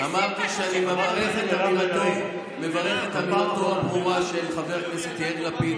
אמרתי שאני מברך את אמירתו הברורה של חבר הכנסת יאיר לפיד